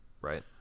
right